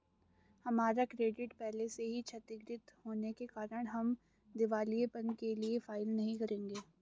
हमारा क्रेडिट पहले से ही क्षतिगृत होने के कारण हम दिवालियेपन के लिए फाइल नहीं करेंगे